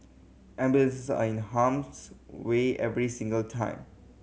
ambulance are in harm's way every single time